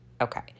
Okay